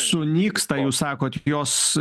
sunyksta jūs sakot jos